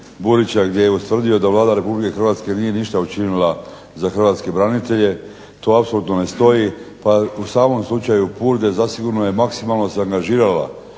Burića gdje je ustvrdio da Vlada Republike Hrvatske nije ništa učinila za hrvatske branitelje. To apsolutno ne stoji. Pa u samom slučaju Purde zasigurno je maksimalno se angažirala.